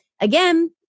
again